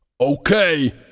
Okay